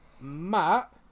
Matt